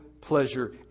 pleasure